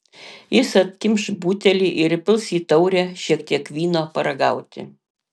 jis atkimš butelį ir įpils į taurę šiek tiek vyno paragauti